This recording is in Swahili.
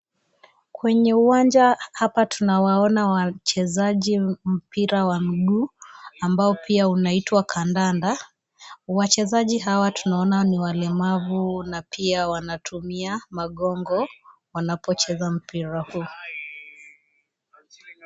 Kwenye uwanja hapa tunawaona wachezaji mpira wa miguu, ambao pia unaitwa kandanda. Wachezaji hawa tunaona ni walemavu na pia wanatumia magongo wanapocheza mpira huu.